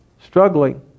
struggling